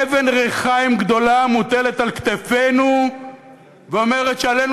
אבן ריחיים גדולה מוטלת על כתפינו ואומרת שעלינו